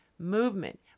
Movement